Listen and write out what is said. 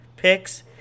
picks